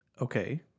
Okay